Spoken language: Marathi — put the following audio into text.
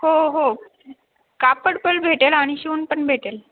हो हो कापड पण भेटेल आणि शिवून पण भेटेल